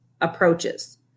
approaches